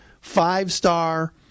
Five-star